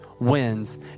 wins